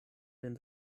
den